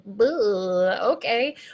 okay